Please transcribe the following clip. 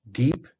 deep